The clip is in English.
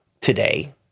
today